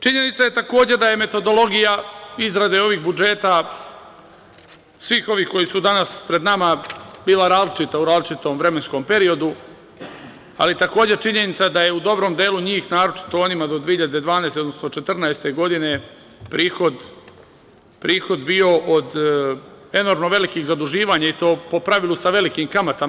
Činjenica je, takođe, da je metodologija izrade ovih budžeta, svih ovih koji su danas pred nama, bila različita u različitom vremenskom periodu, ali takođe je i činjenica da je u dobrom delu njih, naročito onima do 2012, odnosno 2014. godine, prihod bio od enormno velikih zaduživanja i to po pravilu sa velikim kamatama.